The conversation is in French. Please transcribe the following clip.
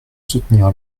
soutenir